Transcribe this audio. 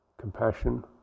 compassion